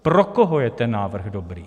Pro koho je ten návrh dobrý?